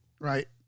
right